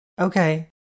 Okay